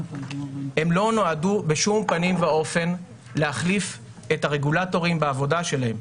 לא נועדו בשום פנים ואופן להחליף את הרגולטורים בעבודה שלהם.